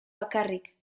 bakarrik